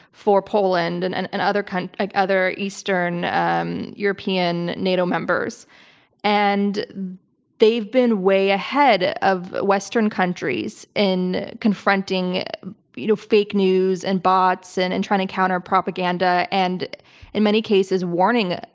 for poland, and and and other kind of other eastern um european nato members and they've been way ahead of western countries in confronting you know fake news and bots and in trying to counter propaganda and in many cases warning